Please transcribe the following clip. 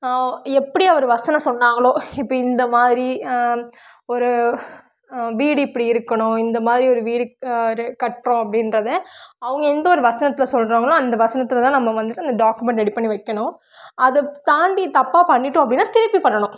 எப்படி அவர் வசனம் சொன்னாங்களோ இப்போ இந்த மாதிரி ஒரு வீடு இப்படி இருக்கணும் இந்த மாதிரி ஒரு வீடு ரே கட்டுறோம் அப்படின்றத அவங்க எந்த ஒரு வசனத்தில் சொல்கிறாங்களோ அந்த வசனத்தில் தான் நம்ம வந்துட்டு அந்த டாக்குமெண்ட் ரெடி பண்ணி வைக்கணும் அதை தாண்டி தப்பாக பண்ணிவிட்டோம் அப்படின்னா திருப்பி பண்ணணும்